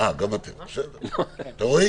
אתה רואה?